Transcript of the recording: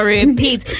repeat